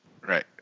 Right